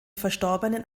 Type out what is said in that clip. verstorbenen